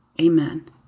Amen